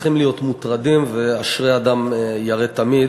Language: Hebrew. צריכים להיות מוטרדים ואשרי אדם ירא תמיד.